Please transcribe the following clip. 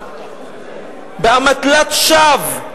באמתלת שווא,